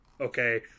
okay